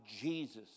Jesus